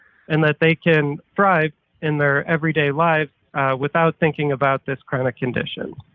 and that they can thrive in their everyday lives without thinking about this chronic condition.